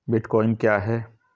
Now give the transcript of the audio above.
Bitcoin क्या है?